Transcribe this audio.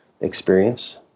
experience